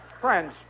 friends